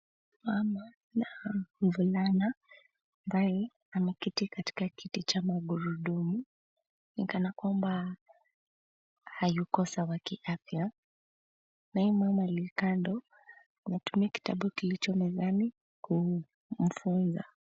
Mama na mvulana, ambaye ameketi katika kiti cha magurudumu. Ni kana kwamba hayuko sawa kiafya. Naye mama aliye kando, anatumia kitabu kilicho mezani, kumfunza.